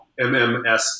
MMS